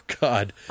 God